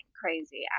crazy